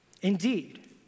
Indeed